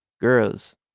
girls